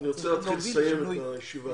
אני רוצה להתחיל לסיים את הישיבה.